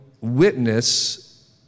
witness